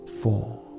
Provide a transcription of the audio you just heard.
four